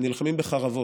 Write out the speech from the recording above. הם נלחמים בחרבות,